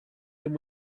and